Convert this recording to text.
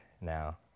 now